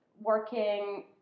working